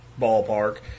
ballpark